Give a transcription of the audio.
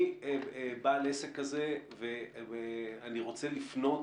אני בעל עסק כזה ואני רוצה לפנות